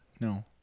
no